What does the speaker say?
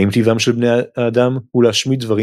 האם טבעם של בני האדם הוא להשמיד דברים